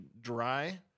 dry